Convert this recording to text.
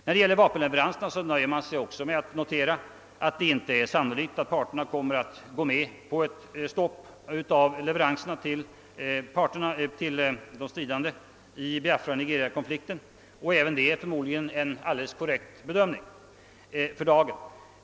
När det gäller vapenleveranserna nöjer sig utskottet med att notera, att det inte är sannolikt att parterna kommer att gå med på ett stopp av leveranserna till de stridande i BiafraNigeriakonflikten. Även det är förmodligen en alldeles korrekt bedömning för dagen.